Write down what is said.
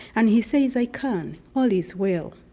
and he says i can, all is well.